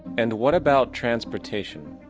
and what about transportation?